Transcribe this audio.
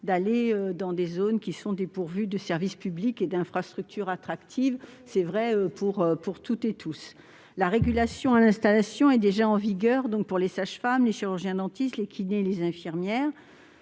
d'aller vivre dans des zones dépourvues de services publics et d'infrastructures attractives ; c'est vrai pour toutes et tous. L'installation est déjà régulée pour les sages-femmes, les chirurgiens-dentistes, les kinés et les infirmières.